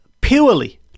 purely